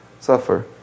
suffer